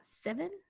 seven